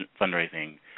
fundraising